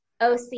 OC